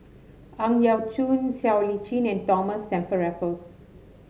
Ang Yau Choon Siow Lee Chin and Thomas Stamford Raffles